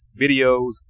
videos